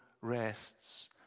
rests